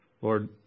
Lord